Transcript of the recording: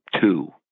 two